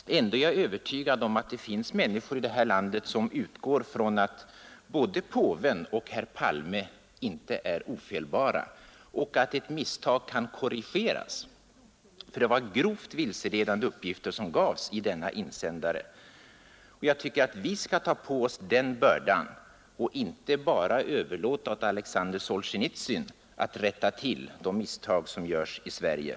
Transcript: Ändå är Torsdagen den jag övertygad om att det finns människor i det här landet som utgår från — 28 oktober 1971 att varken påven eller herr Palme är ofelbar och att ett misstag kan ——— korrigeras. Det var grovt vilseledande uppgifter som gavs i denna Ang. medverkan av insändare. Jag tycker att vi skall ta på oss bördan och inte bara överlåta = svenska ambassa åt Alexander Solsjenitsyn att rätta till de misstag som görs i Sverige.